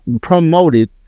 promoted